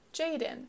Jaden